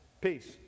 peace